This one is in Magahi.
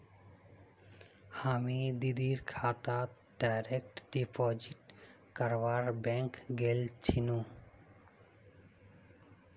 हामी दीदीर खातात डायरेक्ट डिपॉजिट करवा बैंक गेल छिनु